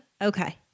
Okay